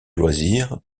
loisirs